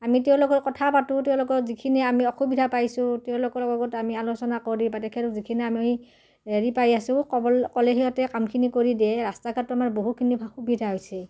আমি তেওঁলোকৰ কথা পাতোঁ তেওঁলোকৰ যিখিনি আমি অসুবিধা পাইছোঁ তেওঁলোকৰ লগত আমি আলোচনা কৰি বা তেখেত যিখিনি আমি হেৰি পাই আছোঁ ক'ব ক'লে সিহঁতে কামখিনি কৰি দিয়ে ৰাস্তা ঘাটটো আমাৰ বহুখিনি সুবিধা হৈছে